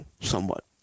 somewhat